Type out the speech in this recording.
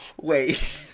Wait